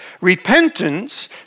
Repentance